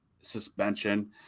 suspension